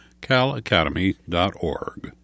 calacademy.org